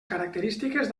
característiques